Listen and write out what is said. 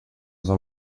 som